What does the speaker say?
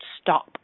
stop